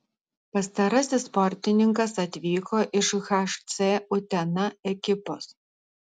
pastarasis sportininkas atvyko iš hc utena ekipos